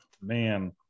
man